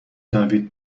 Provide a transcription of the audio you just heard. دوید